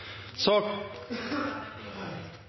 sak